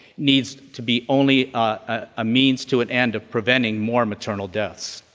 needs to be only a means to an end of preventing more maternal deaths.